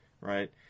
right